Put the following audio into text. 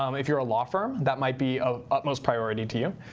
um if you're a law firm, that might be of utmost priority to you.